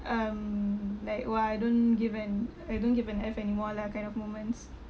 um like !wah! I don't give an I don't give an F anymore lah kind of moments